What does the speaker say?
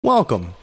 Welcome